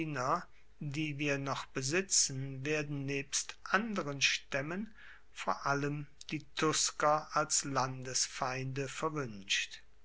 die wir noch besitzen werden nebst anderen staemmen vor allem die tusker als landesfeinde verwuenscht